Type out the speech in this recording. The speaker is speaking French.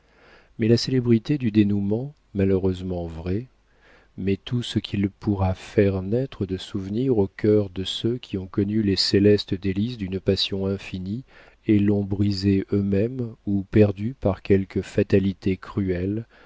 mais la célébrité du dénouement malheureusement vrai mais tout ce qu'il pourra faire naître de souvenirs au cœur de ceux qui ont connu les célestes délices d'une passion infinie et l'ont brisée eux-mêmes ou perdue par quelque fatalité cruelle